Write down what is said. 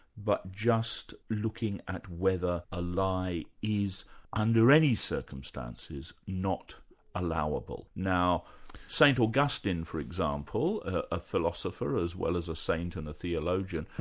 but just looking at whether a lie is under any circumstances not allowable. now st augustine for example, a philosopher as well as a saint and a theologian,